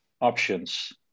options